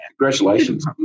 Congratulations